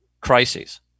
crises